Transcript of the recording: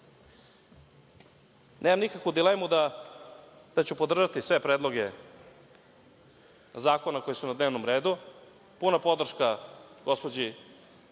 nikakvu dilemu, ja ću podržati sve predloge zakona koji su na dnevnom redu. Puna podrška gospođi